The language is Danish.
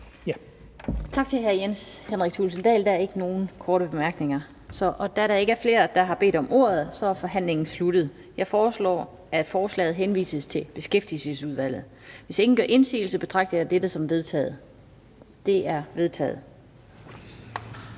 Tak til hr. Jens Henrik Thulesen Dahl. Der er ikke nogen korte bemærkninger. Da der ikke er flere, der har bedt om ordet, er forhandlingen sluttet. Jeg foreslår, at forslaget til folketingsbeslutning henvises til Beskæftigelsesudvalget. Hvis ingen gør indsigelse, betragter jeg dette som vedtaget. Det er vedtaget.